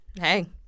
hey